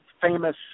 famous